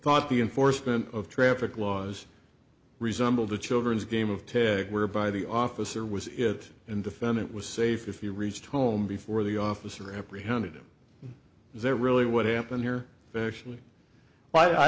thought the enforcement of traffic laws resemble the children's game of tag whereby the officer was it and defendant was safe if you reached home before the officer apprehended is that really what happened here actually i